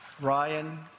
Ryan